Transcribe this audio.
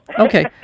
Okay